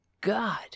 God